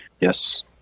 Yes